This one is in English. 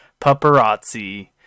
Paparazzi